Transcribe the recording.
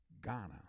Ghana